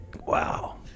wow